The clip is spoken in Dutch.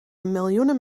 miljoenen